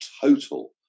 total